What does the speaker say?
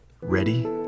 Ready